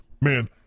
man